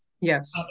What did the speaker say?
Yes